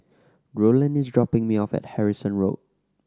Rowland is dropping me off at Harrison Road